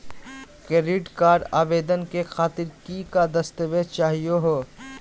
Credit card आवेदन करे खातीर कि क दस्तावेज चाहीयो हो?